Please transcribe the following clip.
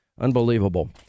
unbelievable